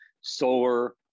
solar